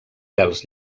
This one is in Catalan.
pèls